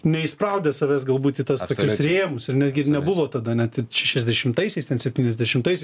neįspraudę savęs galbūt į tuos tokius rėmus netgi ir nebuvo tada net ir šešiasdešimtaisiais septyniasdešimtaisiais